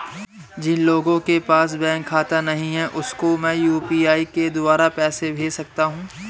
जिन लोगों के पास बैंक खाता नहीं है उसको मैं यू.पी.आई के द्वारा पैसे भेज सकता हूं?